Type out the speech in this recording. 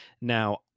now